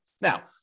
Now